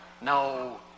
No